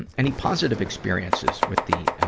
and any positive experiences with the, ah,